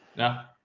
no,